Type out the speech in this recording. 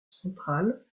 centrale